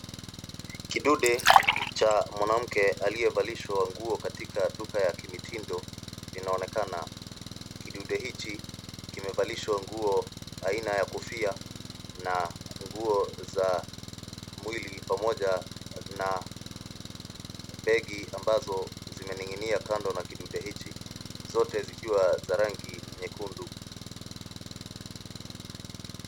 Kidude cha mwanamke aliyevalishwa nguo katika duka ya kimitindo linaonekana. Kidude hichi kimevalishwa nguo aina ya kofia na nguo za mwili pamoja na begi ambazo zimening'inia kando na kidude hichi, zote zikiwa za rangi nyekundu.